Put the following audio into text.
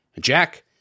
jack